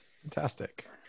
Fantastic